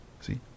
see